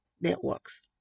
networks